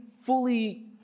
fully